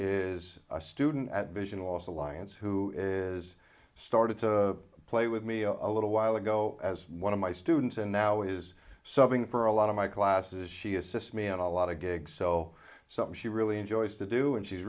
is a student at vision loss alliance who is started to play with me a little while ago as one of my students and now is something for a lot of my classes she assist me in a lot of gigs so some she really enjoys to do and she's